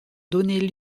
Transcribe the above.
donné